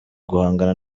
guhangana